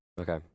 Okay